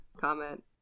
comment